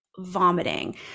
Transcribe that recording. Vomiting